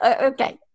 Okay